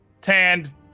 tanned